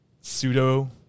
pseudo